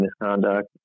misconduct